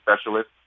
specialists